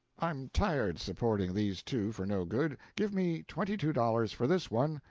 i'm tired supporting these two for no good. give me twenty-two dollars for this one,